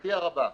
ולשמחתי הרבה,